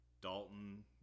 Dalton